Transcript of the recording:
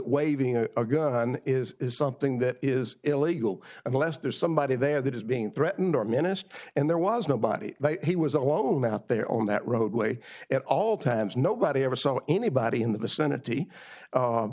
waving a gun is something that is illegal unless there's somebody there that is being threatened or minister and there was nobody he was alone out there on that roadway at all times nobody ever saw anybody in the vicinity